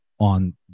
On